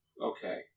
Okay